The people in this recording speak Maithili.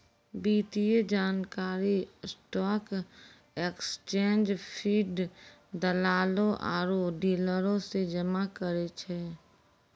वित्तीय जानकारी स्टॉक एक्सचेंज फीड, दलालो आरु डीलरो से जमा करै छै